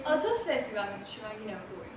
I was so sad sivang~ shivangi never go